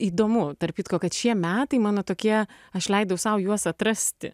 įdomu tarp kitko kad šie metai mano tokie aš leidau sau juos atrasti